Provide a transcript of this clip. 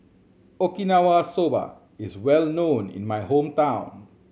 Okinawa Soba is well known in my hometown